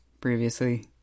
previously